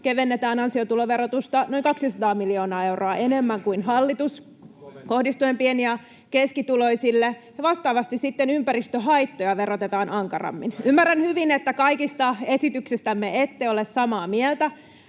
keventää, [Juho Eerola: Ja eläkeläisten verotusta kovennetaan!] kohdistuen pieni- ja keskituloisille, ja vastaavasti sitten ympäristöhaittoja verotetaan ankarammin. Ymmärrän hyvin, että kaikista esityksistämme ette ole samaa mieltä